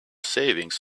savings